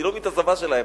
אני לא מבין את השפה שלהם,